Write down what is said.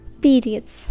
periods